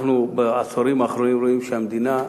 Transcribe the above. בעשורים האחרונים אנחנו רואים שהמדינה,